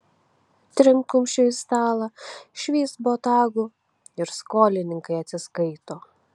trinkt kumščiu į stalą švyst botagu ir skolininkai atsiskaito